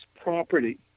property